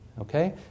Okay